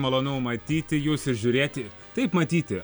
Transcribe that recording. malonu matyti jus ir žiūrėti taip matyti